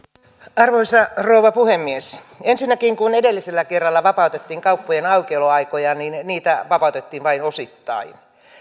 arvoisa rouva puhemies ensinnäkin kun edellisellä kerralla vapautettiin kauppojen aukioloaikoja niin niitä vapautettiin vain osittain